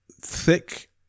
thick